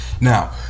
Now